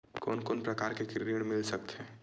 कोन कोन प्रकार के ऋण मिल सकथे?